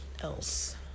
else